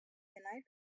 mingħajr